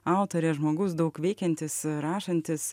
autorė žmogus daug veikiantis rašantis